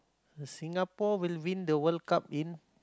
Singapore will win the World-Cup in